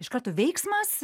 iš karto veiksmas